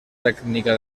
tècnica